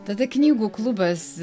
tada knygų klubas